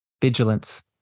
vigilance